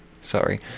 Sorry